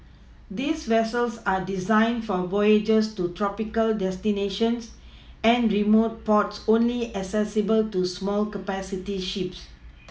these vessels are designed for voyages to tropical destinations and remote ports only accessible to small capacity ships